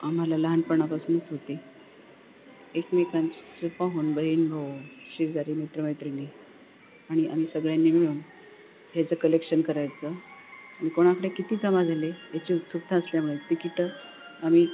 आम्हाला लहानपणापासूनच होती एकमेकांची सु पाहून बहीण भाऊ शेजारी मित्र मैत्रिणी आणि आम्ही सगळ्यांनी मिळून ह्याचं कलेक्शन करायचं आणि कोणाकडे किती जमा झाले याची उत्सुकता असल्यामुळे तिकीटं आम्ही